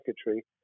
secretary